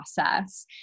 process